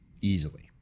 Easily